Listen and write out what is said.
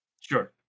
Sure